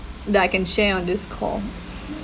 that I can share on this call